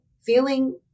feeling